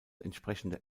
entsprechende